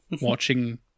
watching